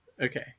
Okay